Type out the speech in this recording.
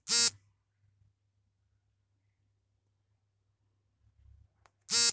ಪ್ರಧಾನ್ ಮಂತ್ರಿ ಅವಾಜ್ ಯೋಜನೆಯಲ್ಲಿ ಗ್ರಾಮೀಣ ಮತ್ತು ನಗರವಾಸಿ ಜನರಿಗೆ ಬಡ ಜನರಿಗೆ ಕೊಡೋ ಎರಡು ಯೋಜನೆ ಇದೆ